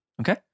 Okay